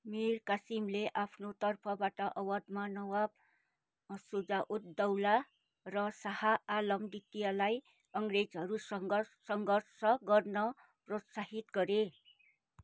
मीर कासिमले आफ्नो तर्फबाट अवधमा नवाब सुजाउददौला र शाह आलम द्वितीयलाई अङ्ग्रेजहरूसँग सङ्घर्ष गर्न प्रोत्साहित गरे